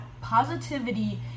positivity